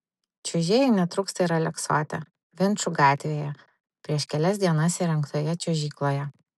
čiuožėjų netrūksta ir aleksote vinčų gatvėje prieš kelias dienas įrengtoje čiuožykloje